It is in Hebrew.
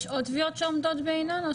יש עוד תביעות שעומדות בעינן?